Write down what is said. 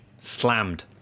slammed